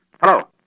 Hello